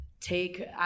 take